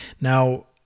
Now